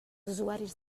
usuaris